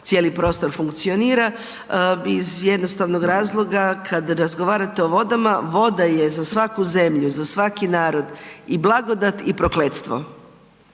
cijeli prostor funkcionira. Iz jednostavnog razloga kada razgovarate o vodama, voda je za svaku zemlju, za svaki narod i blagodat i prokletstvo.